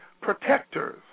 protectors